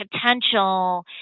potential